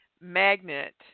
magnet